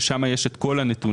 אבל שם יש את כל הנתונים,